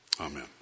amen